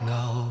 Now